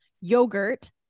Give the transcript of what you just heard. yogurt